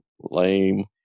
lame